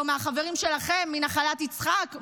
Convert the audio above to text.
או מהחברים שלכם מנחלת יצחק?